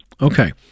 Okay